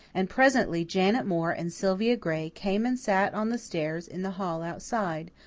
and presently janet moore and sylvia gray came and sat on the stairs in the hall outside,